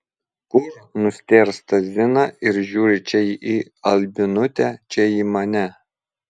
kur nustėrsta zina ir žiūri čia į albinutę čia į mane